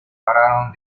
pararon